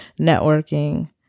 networking